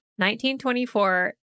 1924